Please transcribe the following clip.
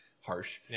harsh